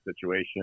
situation